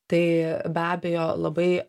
tai be abejo labai